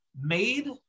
made